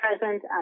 present